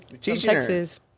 Texas